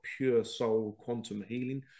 puresoulquantumhealing